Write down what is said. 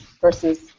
versus